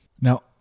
Now